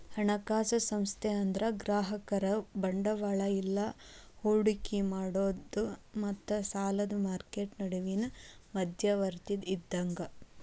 ಹಣಕಾಸು ಸಂಸ್ಥೆ ಅಂದ್ರ ಗ್ರಾಹಕರು ಬಂಡವಾಳ ಇಲ್ಲಾ ಹೂಡಿಕಿ ಮಾಡೋರ್ ಮತ್ತ ಸಾಲದ್ ಮಾರ್ಕೆಟ್ ನಡುವಿನ್ ಮಧ್ಯವರ್ತಿ ಇದ್ದಂಗ